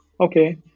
Okay